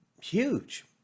huge